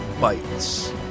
bites